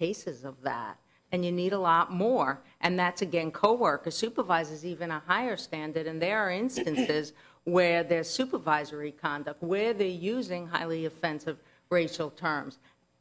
cases of that and you need a lot more and that's again coworkers supervisors even a higher standard and there are instances where there's supervisory conduct where the using highly offensive racial terms